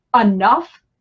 enough